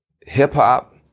hip-hop